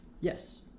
yes